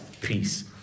peace